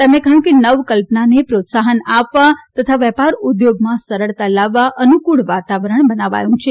તેમણે કહ્યું કે નવકલ્પનાને પ્રોત્સાહન આપવા તથા વેપાર ઉદ્યોગમાં સરળતા લાવવા અનુક્રળ વાતાવરણ બનાવાયું છે